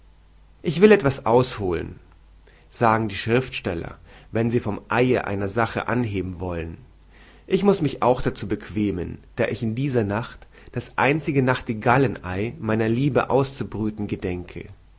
ich will etwas ausholen sagen die schriftsteller wenn sie vom sie einer sache anheben wollen ich muß mich auch dazu bequemen da ich in dieser nacht das einzige nachtigallenei meiner liebe auszubrüten gedenke